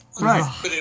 Right